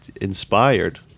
inspired